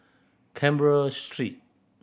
Canberra Street